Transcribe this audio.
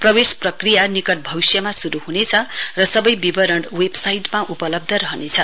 प्रवेश प्रक्रिया निकट भविष्यमा शुरु हुनेछ र सवै विवरण वेवसाइटमा उपलब्ध रहने छ